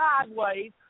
sideways